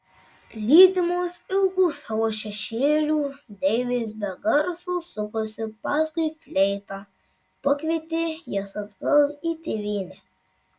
lydimos ilgų savo šešėlių deivės be garso sukosi paskui fleita pakvietė jas atgal į tėvynę